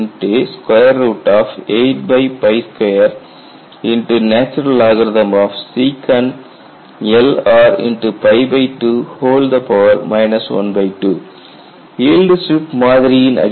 KrLr82ln secLr 2 12 yield strip மாதிரியின் அடிப்படையில்